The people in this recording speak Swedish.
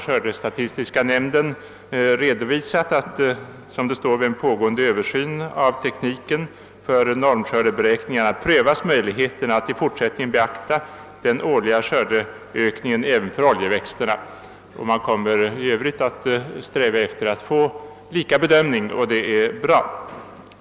Skördetekniska nämnden har i det fallet uttalat: »Vid en pågående översyn av tekniken för normskördeberäkningarna prövas möjligheterna att i fortsättningen beakta den årliga skördeökningen även för oljeväxterna.» Man kommer att sträva efter att få lika bedömning, och det är bra.